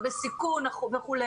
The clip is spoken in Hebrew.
אלה שבסיכון וכו',